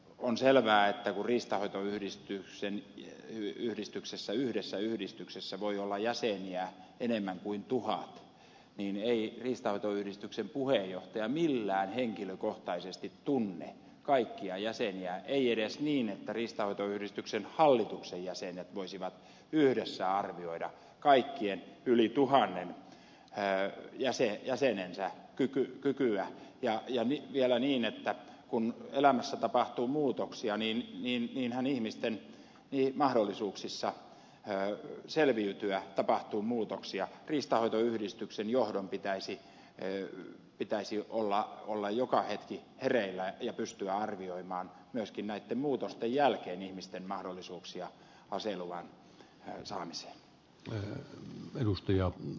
on selvää että kun yhdessä riistanhoitoyhdistyksessä voi olla jäseniä enemmän kuin tuhat niin ei riistanhoitoyhdistyksen puheenjohtaja millään henkilökohtaisesti tunne kaikkia jäseniä ei edes niin että riistanhoitoyhdistyksen hallituksen jäsenet voisivat yhdessä arvioida kaikkien yli tuhannen jäsenensä kykyä ja vielä niin että kun elämässä tapahtuu muutoksia ja ihmisten mahdollisuuksissa selviytyä tapahtuu muutoksia riistanhoitoyhdistyksen johdon pitäisi olla joka hetki hereillä ja pystyä arvioimaan myöskin näitten muutosten jälkeen ihmisten mahdollisuuksia aseluvan saamiseen